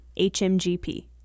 HMGP